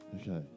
Okay